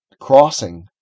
crossing